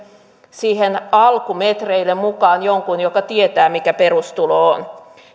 siihen alkumetreille mukaan jonkun joka tietää mikä perustulo on